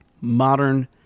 modern